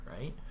right